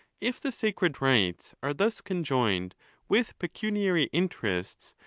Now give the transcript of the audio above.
if the sacred rites are thus conjoined with pecuniary interests,